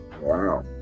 Wow